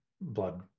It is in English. blood